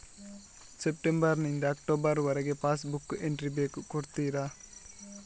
September ನಿಂದ October ವರಗೆ passbook entry ಬೇಕು ಕೊಡುತ್ತೀರಾ?